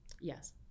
yes